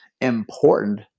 important